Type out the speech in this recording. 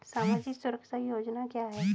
सामाजिक सुरक्षा योजना क्या है?